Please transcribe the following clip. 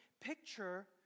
picture